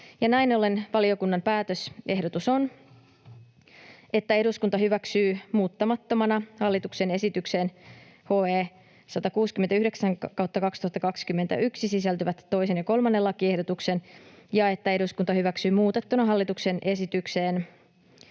Näin ollen valiokunnan päätösehdotus on, että eduskunta hyväksyy muuttamattomana hallituksen esitykseen HE 169/2021 sisältyvät 2. ja 3. lakiehdotuksen ja että eduskunta hyväksyy muutettuna hallituksen esitykseen